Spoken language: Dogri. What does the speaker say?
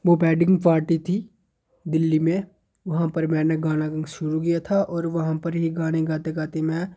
वो बैडिंग पार्टी थी दिल्ली में वहां पर मैनें गाना शुरू किया था और वहां पर ही गाना गाते गाते में